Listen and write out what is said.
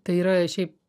tai yra šiaip